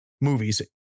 movies